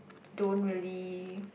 don't really